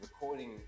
recording